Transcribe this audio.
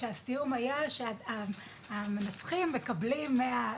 כשהסיום היה כשהמנצחים מקבלים מאה,